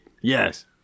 Yes